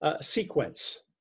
sequence